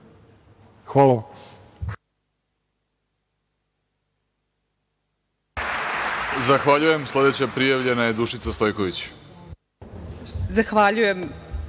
Hvala